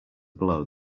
blow